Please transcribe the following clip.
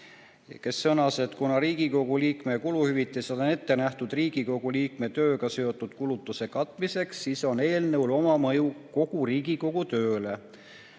kes sõnas, et kuna Riigikogu liikme kuluhüvitised on ette nähtud Riigikogu liikme tööga seotud kulutuste katmiseks, siis on eelnõul oma mõju kogu Riigikogu tööle.